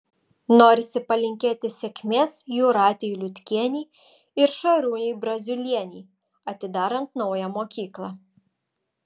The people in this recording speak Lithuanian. norisi palinkėti sėkmės jūratei liutkienei ir šarūnei braziulienei atidarant naują mokyklą